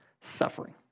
suffering